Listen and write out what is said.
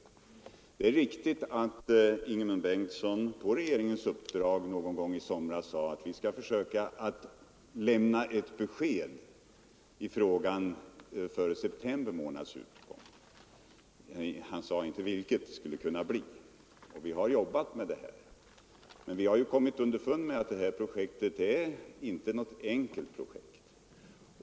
Det är riktigt att Ingemund Bengtsson på regeringens uppdrag någon gång i somras sade att vi skulle försöka lämna ett besked i frågan före september månads utgång. Han sade inte vilket besked det skulle kunna bli. Vi har också arbetat med detta ärende men har kommit underfund med att det inte är fråga om något enkelt projekt.